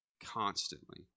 constantly